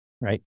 Right